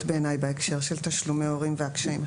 בעיניי בהקשר של תשלומי הורים והקשיים.